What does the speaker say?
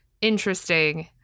interesting